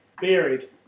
Buried